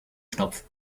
knopf